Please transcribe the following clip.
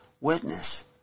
witness